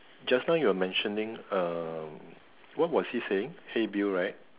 just now you were mentioning uh what was he saying hey Bill right